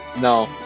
No